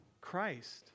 Christ